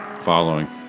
Following